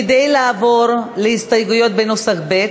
כדי לעבור להסתייגויות בנוסח ב',